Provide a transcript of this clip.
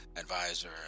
advisor